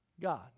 God